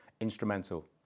instrumental